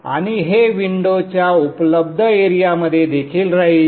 आणि हे विंडोच्या उपलब्ध एरिया मध्ये देखील राहिल